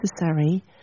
necessary